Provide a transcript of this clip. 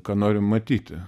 ką norim matyti